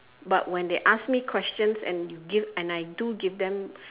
but when they ask me questions and give and I too give them